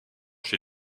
chez